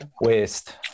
waste